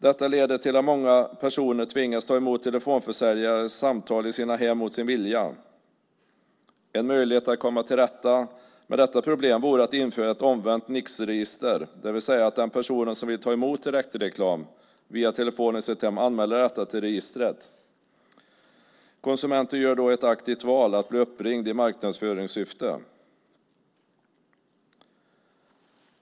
Detta leder till att många personer tvingas ta emot telefonförsäljares samtal i sina hem mot sin vilja. En möjlighet att komma till rätta med detta problem vore att införa ett omvänt nixregister, det vill säga att den person som vill ta emot direktreklam via telefon i sitt hem anmäler detta till registret. Konsumenten gör då ett aktivt val att bli uppringd i marknadsföringssyfte.